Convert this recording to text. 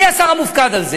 מי השר המופקד על זה?